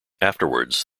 afterwards